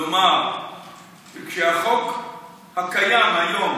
לומר שכשהחוק הקיים היום